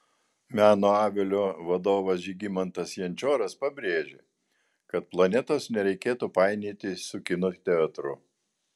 meno avilio vadovas žygimantas jančoras pabrėžė kad planetos nereikėtų painioti su kino teatru